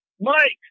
Mike